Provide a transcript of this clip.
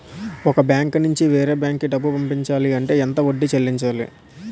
ఒక బ్యాంక్ నుంచి వేరే బ్యాంక్ కి డబ్బులు పంపించాలి అంటే ఎంత వడ్డీ చెల్లించాలి?